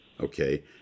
Okay